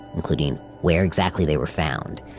including where exactly they were found,